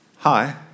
Hi